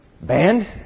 band